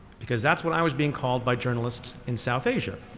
because that's what i was being called by journalists in south asia.